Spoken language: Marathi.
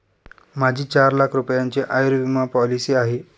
माझी चार लाख रुपयांची आयुर्विमा पॉलिसी आहे